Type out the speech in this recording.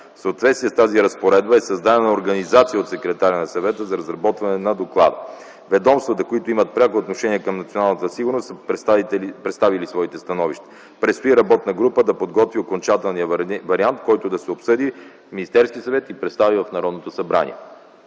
съответствие с тази разпоредба е създадена организация от секретаря на Съвета за разработване на доклада. Ведомствата, които имат пряко отношение към националната сигурност, са представили своите становища. Предстои работна група да подготви окончателния вариант, който да се обсъди в Министерския съвет и представи в Народното събрание,